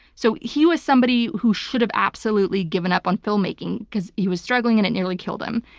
so he was somebody who should have absolutely given up on filmmaking because he was struggling and it nearly killed him.